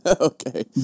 Okay